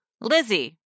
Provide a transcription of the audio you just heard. Lizzie